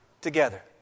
together